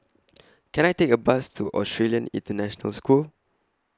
Can I Take A Bus to Australian International School